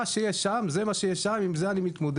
מה שיש שם, זה מה שיש שם ועם זה אני מתמודד.